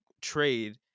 trade